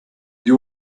you